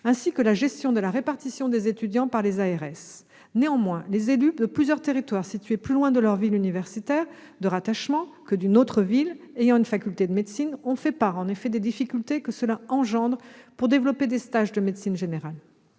ainsi que la gestion de la répartition des étudiants par les ARS, les agences régionales de santé. Néanmoins, les élus de plusieurs territoires, situés plus loin de leur ville universitaire de rattachement que d'une autre ville ayant une faculté de médecine, ont fait part des difficultés que cela engendre pour développer des stages de médecine générale.